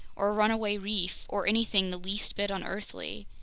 or a runaway reef, or anything the least bit unearthly!